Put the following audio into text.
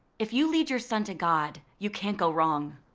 if you lead your son to god, you can't go wrong.